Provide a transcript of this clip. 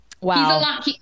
Wow